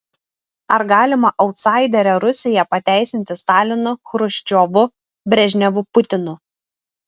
ar galima autsaiderę rusiją pateisinti stalinu chruščiovu brežnevu putinu